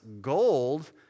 gold